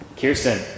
Kirsten